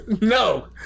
No